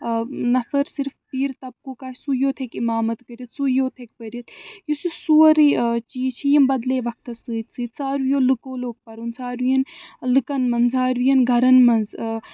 نفر صِرف پیٖر طبقُک آسہِ سُے یوت ہیٚکہِ اِمامت کٔرِتھ سُے یوت ہیٚکہِ پٔرِتھ یُس یہِ سورٕے چیٖز چھِ یِم بدلے وقتس سۭتۍ سۭتۍ ساروٕیو لُکو لوگ پَرُن ساروِیَن لُکن منٛز ساروِین گَرَن منٛز